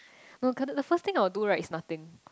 the first thing I would do right is nothing